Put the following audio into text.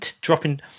dropping